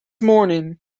morning